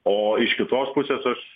o iš kitos pusės aš